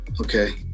okay